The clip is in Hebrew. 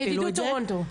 ידידות טורונטו.